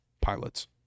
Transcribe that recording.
pilots